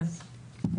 כן.